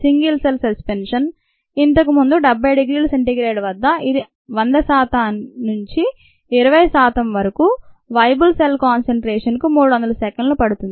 single cell suspension ఇంతకు ముందు 70 degree C వద్ద ఇది 100 శాతం నుంచి 20 శాతం వరకు "వేయబుల్ సెల్ కాన్సెన్ట్రేషన్" కు 300 సెకండ్లు పడుతుంది